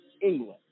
england